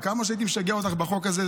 עד כמה הייתי משגע אותך בחוק הזה.